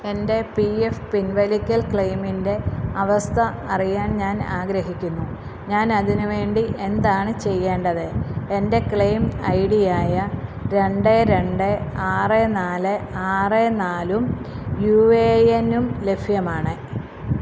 എൻ്റെ P F പിൻവലിക്കൽ ക്ലെയിമിൻ്റെ അവസ്ഥ അറിയാൻ ഞാൻ ആഗ്രഹിക്കുന്നു ഞാൻ അതിനുവേണ്ടി എന്താണ് ചെയ്യേണ്ടത് എന്റെ ക്ലെയിം ഐഡിയായ രണ്ട് രണ്ട് ആറ് നാല് ആറ് നാലും യു എ എന്നും ലഭ്യമാണ്